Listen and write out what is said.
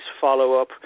follow-up